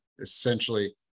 essentially